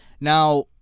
Now